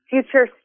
Future